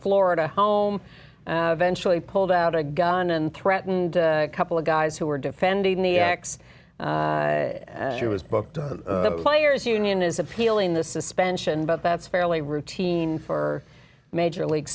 florida home ventura pulled out a gun and threatened a couple of guys who were defending the ex she was booked on the players union is appealing the suspension but that's fairly routine for major league